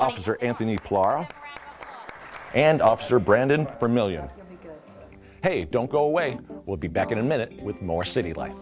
officer anthony clark and officer brandon per million hey don't go away we'll be back in a minute with more city li